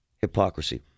hypocrisy